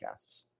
podcasts